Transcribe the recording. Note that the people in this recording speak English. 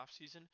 offseason